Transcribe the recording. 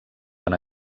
van